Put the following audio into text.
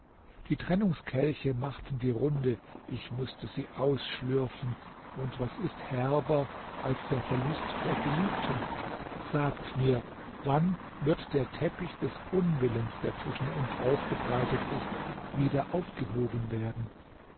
die trennungskelche machten die runde ich mußte sie ausschlürfen und was ist herber als der verlust der geliebten sagt mir wann wird der teppich des unwillens der zwischen uns ausgebreitet ist wieder aufgehoben werden